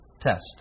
test